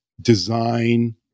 design